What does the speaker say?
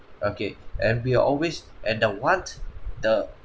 okay and we are always and the want the